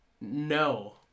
No